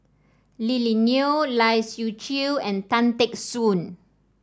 Lily Neo Lai Siu Chiu and Tan Teck Soon